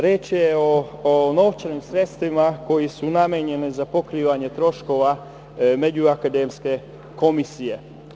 Reč je o novčanim sredstvima koja su namenjena za pokrivanje troškova međuakademske komisije.